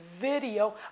video